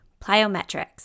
Plyometrics